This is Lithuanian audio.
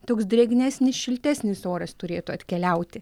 toks drėgnesnis šiltesnis oras turėtų atkeliauti